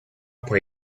pour